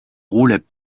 roulaient